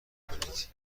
کنید